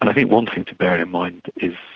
i think one thing to bear in mind is,